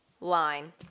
line